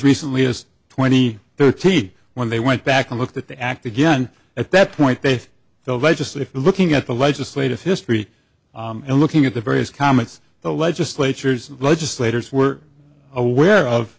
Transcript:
recently as twenty thirty when they went back and looked at the act again at that point that the legislature looking at the legislative history and looking at the various comments the legislatures legislators were aware of